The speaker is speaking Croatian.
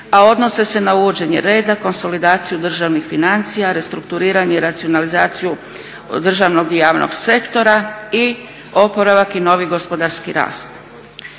a odnose se na uvođenje reda, konsolidaciju državnih financija, restrukturiranje i racionalizaciju državnog i javnog sektora i oporavak i novi gospodarski rast.